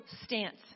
stance